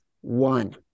one